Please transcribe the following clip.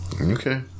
Okay